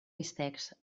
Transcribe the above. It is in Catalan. bistecs